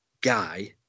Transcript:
guy